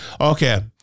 Okay